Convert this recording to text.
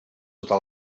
tota